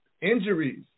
injuries